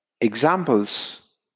Examples